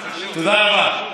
תודה רבה.